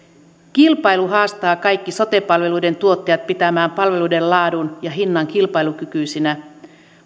kilpailu haastaa kaikki sote palveluiden tuottajat pitämään palveluiden laadun ja hinnan kilpailukykyisinä